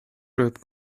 group